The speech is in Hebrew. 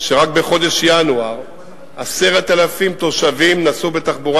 שרק בחודש ינואר 10,000 תושבים נסעו בתחבורה